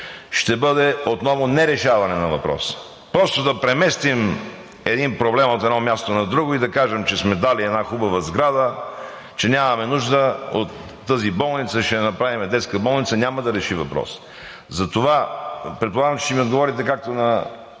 ще бъде отново нерешаване на въпроса. Просто да преместим един проблем от едно място на друго и да кажем, че сме дали една хубава сграда, че нямаме нужда от тази болница и ще я направим детска болница, няма да реши въпроса. Предполагам, че ще ми отговорите, както на